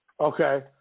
Okay